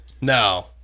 No